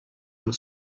your